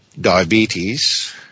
diabetes